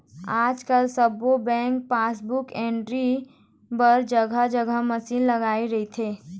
आजकाल सब्बो बेंक ह पासबुक एंटरी बर जघा जघा मसीन लगाए रहिथे